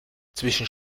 zwischen